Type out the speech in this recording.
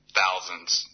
thousands-